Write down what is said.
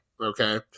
okay